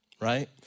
right